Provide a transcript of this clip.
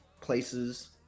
places